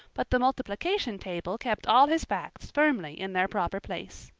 but the multiplication table kept all his facts firmly in their proper place!